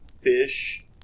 fish